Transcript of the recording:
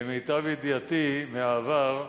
למיטב ידיעתי מהעבר,